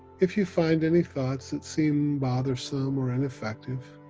if you find any thoughts that seem bothersome or ineffective,